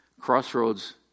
Crossroads